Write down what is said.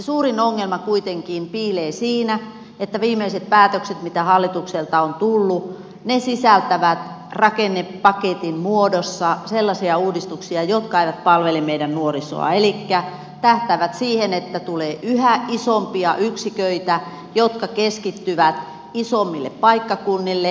suurin ongelma kuitenkin piilee siinä että viimeiset päätökset mitä hallitukselta on tullut sisältävät rakennepaketin muodossa sellaisia uudistuksia jotka eivät palvele meidän nuorisoa elikkä tähtäävät siihen että tulee yhä isompia yksiköitä jotka keskittyvät isommille paikkakunnille